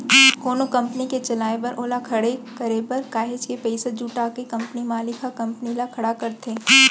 कोनो कंपनी के चलाए बर ओला खड़े करे बर काहेच के पइसा जुटा के कंपनी मालिक ह कंपनी ल खड़ा करथे